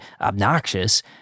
obnoxious